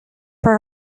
for